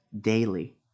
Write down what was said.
daily